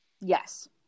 yes